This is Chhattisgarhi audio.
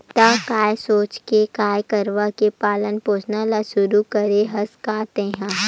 त काय सोच के गाय गरु के पालन पोसन ल शुरू करे हस गा तेंहा?